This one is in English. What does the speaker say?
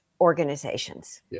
organizations